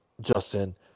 Justin